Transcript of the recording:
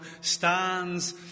stands